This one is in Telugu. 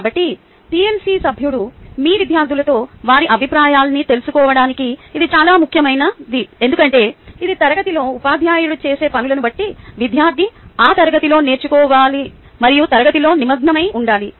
కాబట్టి టిఎల్సి సభ్యుడు మీ విద్యార్థులతో వారి అభిప్రాయాన్ని తెలుసుకోవడానికి ఇది చాలా ముఖ్యమైనది ఎందుకంటే ఇది తరగతిలో ఉపాధ్యాయుడు చేసే పనులను బట్టి విద్యార్థి ఆ తరగతిలో నేర్చుకోవాలి మరియు తరగతిలో నిమ్మగ్నమై ఉండాలి